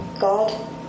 God